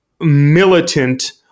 militant